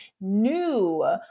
new